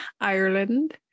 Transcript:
Ireland